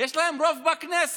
יש להם רוב בכנסת,